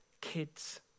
kid's